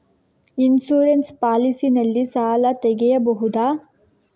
Insurance policy ನಲ್ಲಿ ಸಾಲ ತೆಗೆಯಬಹುದ?